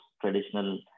traditional